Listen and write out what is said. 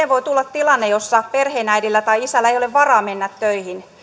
voi tulla tilanne jossa perheenäidillä tai isällä ei ole varaa mennä töihin